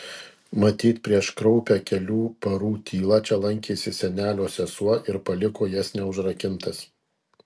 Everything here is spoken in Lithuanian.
matyt prieš kraupią kelių parų tylą čia lankėsi senelio sesuo ir paliko jas neužrakintas